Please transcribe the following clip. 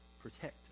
protect